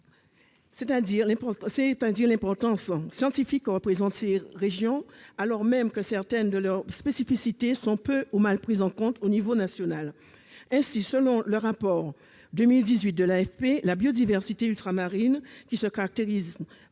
C'est dire l'importance scientifique que présentent ces régions, dont certaines spécificités sont peu ou mal prises en compte au niveau national. Ainsi, selon le rapport de 2018 de l'AFB, la biodiversité ultramarine, qui se caractérise